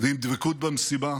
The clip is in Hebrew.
ועם דבקות במשימה,